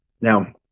Now